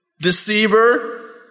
deceiver